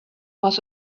was